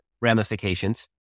ramifications